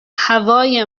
هوای